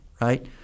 right